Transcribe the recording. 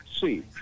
see